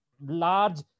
large